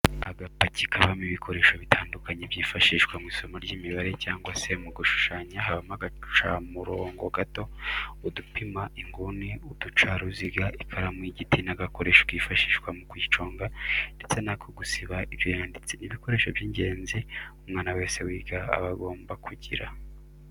Agapaki kabamo ibikoresho bitandukanye byifashishwa mu isomo ry'imibare cyangwa se mu gushushanya habamo agacamurongo gato, udupima inguni, uducaruziga, ikaramu y'igiti n'agakoresho kifashishwa mu kuyiconga ndetse n'ako gusiba ibyo yanditse, ni ibikoresho by'ingenzi umwana wese wiga aba agomba kugira.